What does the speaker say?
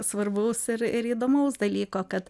svarbaus ir ir įdomaus dalyko kad